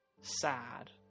sad